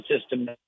system